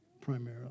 primarily